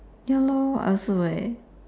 ya lor I also leh